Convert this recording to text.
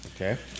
Okay